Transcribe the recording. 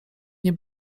nie